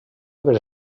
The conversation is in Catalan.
haver